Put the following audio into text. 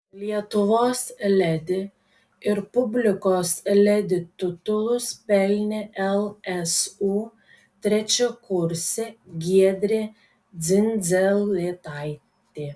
lietuvos ledi ir publikos ledi titulus pelnė lsu trečiakursė giedrė dzindzelėtaitė